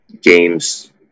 games